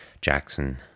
Jackson